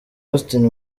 austin